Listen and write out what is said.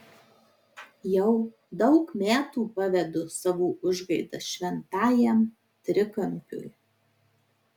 jau daug metų pavedu savo užgaidas šventajam trikampiui